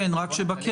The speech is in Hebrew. רק לתת